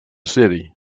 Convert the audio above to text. city